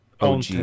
OG